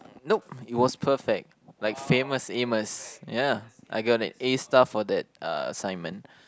nope it was perfect like Famous Amos ya I got an A star for that uh assignment